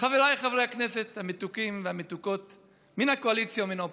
חבריי חברי הכנסת המתוקים והמתוקות מן הקואליציה ומן האופוזיציה,